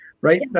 Right